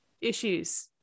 issues